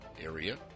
area